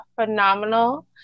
phenomenal